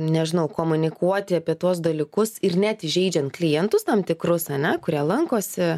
nežinau komunikuoti apie tuos dalykus ir net įžeidžiant klientus tam tikrus ane kurie lankosi